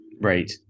Right